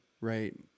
right